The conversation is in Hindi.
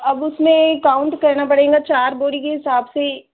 अब उसमें काउन्ट करना पड़ेगा चार बोरी के हिसाब से